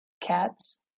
cats